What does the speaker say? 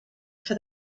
for